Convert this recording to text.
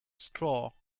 straw